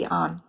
on